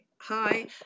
Hi